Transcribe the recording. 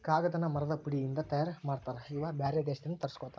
ಕಾಗದಾನ ಮರದ ಪುಡಿ ಇಂದ ತಯಾರ ಮಾಡ್ತಾರ ನಾವ ಬ್ಯಾರೆ ದೇಶದಿಂದ ತರಸ್ಕೊತಾರ